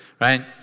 right